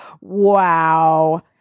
wow